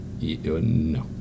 No